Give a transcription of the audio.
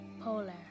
polar